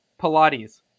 Pilates